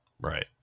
Right